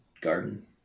garden